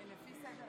חסכתי את הסקר,